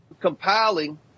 compiling